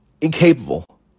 incapable